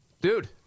Dude